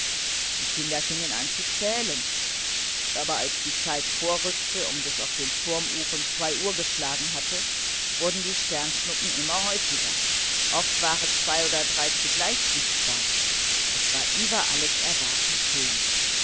die kinder fingen an zu zählen aber als die zeit vorrückte und es auf den turmuhren uhr geschlagen hatte wurden die sternschnuppen immer häufiger oft waren zwei oder drei zugleich sichtbar es war über alles erwarten schön